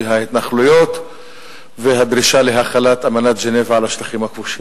ההתנחלויות והדרישה להחלת אמנת ז'נבה על השטחים הכבושים.